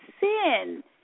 sin